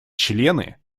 члены